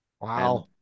Wow